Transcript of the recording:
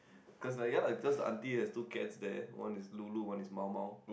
cause ya lah cause the auntie has no cats there one is lulu one is mao-mao